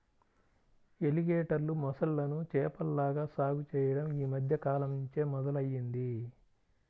ఎలిగేటర్లు, మొసళ్ళను చేపల్లాగా సాగు చెయ్యడం యీ మద్దె కాలంనుంచే మొదలయ్యింది